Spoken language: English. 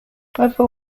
other